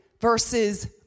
versus